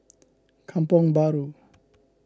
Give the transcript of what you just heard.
Kampong Bahru